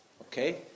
okay